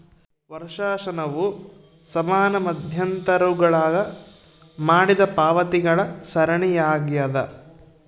ವರ್ಷಾಶನವು ಸಮಾನ ಮಧ್ಯಂತರಗುಳಾಗ ಮಾಡಿದ ಪಾವತಿಗಳ ಸರಣಿಯಾಗ್ಯದ